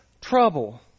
trouble